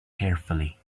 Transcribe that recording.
carefully